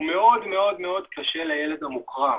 מאוד מאוד קשה לילד המוחרם.